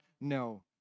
No